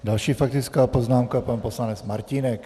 Další faktická poznámka, pan poslanec Martínek.